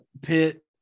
pitt